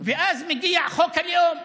ואז מגיע החוק הלאום,